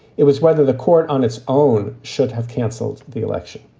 it was whether the court on its own should have canceled the election.